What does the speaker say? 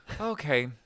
okay